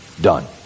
done